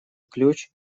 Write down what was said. ключ